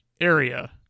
area